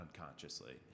unconsciously